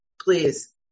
Please